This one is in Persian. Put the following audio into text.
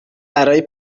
برای